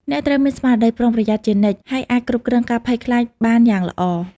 អ្នកត្រូវមានស្មារតីប្រុងប្រយ័ត្នជានិច្ច ហើយអាចគ្រប់គ្រងការភ័យខ្លាចបានយ៉ាងល្អ។